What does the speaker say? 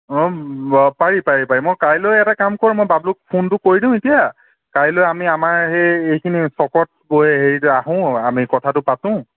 অঁ পাৰি পাৰি পাৰি মই কাইলৈ এটা কাম কৰোঁ মই বাবলুক ফোনটো কৰি দিওঁ এতিয়া কাইলৈ আমাৰ সেই এইখিনি চকত গৈ আহোঁ আমি কথাটো পাতোঁ